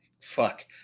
fuck